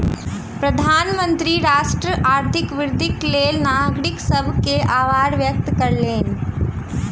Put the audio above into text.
प्रधानमंत्री राष्ट्रक आर्थिक वृद्धिक लेल नागरिक सभ के आभार व्यक्त कयलैन